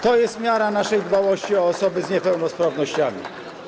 To jest miara naszej dbałości o osoby z niepełnosprawnościami.